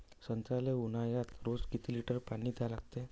संत्र्याले ऊन्हाळ्यात रोज किती लीटर पानी द्या लागते?